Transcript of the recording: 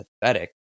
pathetic